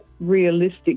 realistic